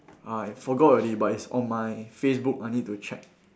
I forgot already but it's on my Facebook I need to check